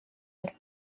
are